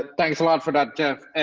ah thanks a lot for that jeff.